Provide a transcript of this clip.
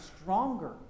stronger